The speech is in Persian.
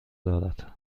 دارد